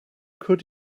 could